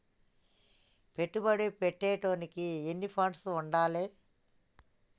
పెట్టుబడి పెట్టేటోనికి ఎన్ని ఫండ్స్ ఉండాలే?